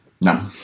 no